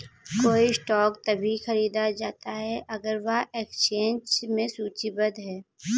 कोई स्टॉक तभी खरीदा जाता है अगर वह एक्सचेंज में सूचीबद्ध है